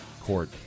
Court